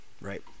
Right